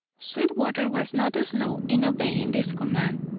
sweetwater was not slow in obeying this command.